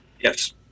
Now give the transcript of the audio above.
Yes